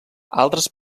altres